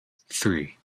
three